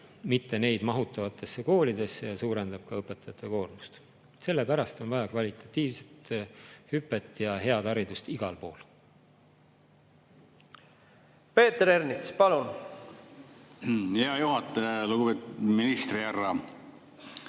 mitte neid mahutavatesse koolidesse ja suurendab ka õpetajate koormust. Sellepärast on vaja kvalitatiivset hüpet ja head haridust igal pool. Peeter Ernits, palun! Peeter Ernits, palun!